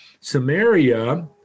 Samaria